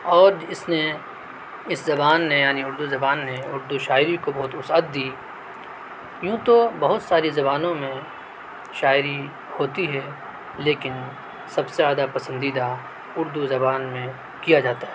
اور اس نے اس زبان نے یعنی اردو زبان نے اردو شاعری کو بہت وسعت دی یوں تو بہت ساری زبانوں میں شاعری ہوتی ہے لیکن سب سے زیادہ پسندیدہ اردو زبان میں کیا جاتا ہے